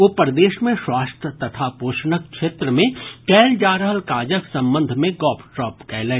ओ प्रदेश मे स्वास्थ्य तथा पोषणक क्षेत्र मे कयल जा रहल काजक संबंध मे गपशप कयलनि